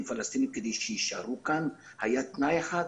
פלסטינים כדי שיישארו כאן היה תנאי אחד,